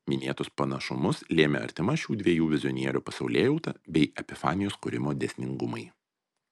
minėtus panašumus lėmė artima šių dviejų vizionierių pasaulėjauta bei epifanijos kūrimo dėsningumai